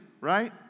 right